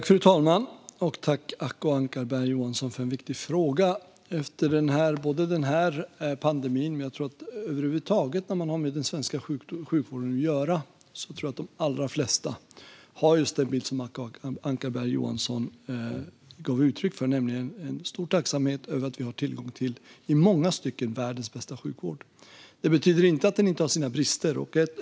Fru talman! Tack, Acko Ankarberg Johansson, för en viktig fråga! Efter den här pandemin, och över huvud taget när man har med den svenska sjukvården att göra, tror jag att de allra flesta har just den bild som Acko Ankarberg Johansson gav uttryck för. Det finns en stor tacksamhet över att vi har tillgång till i många stycken världens bästa sjukvård. Det betyder inte att den inte har sina brister.